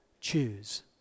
choose